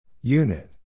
Unit